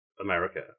America